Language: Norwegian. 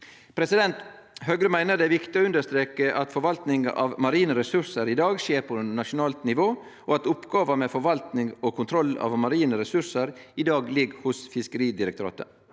fisken. Høgre meiner det er viktig å understreke at forvaltning av marine resursar i dag skjer på nasjonalt nivå, og at oppgåva med forvaltning og kontroll av marine resursar ligg hos Fiskeridirektoratet.